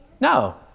No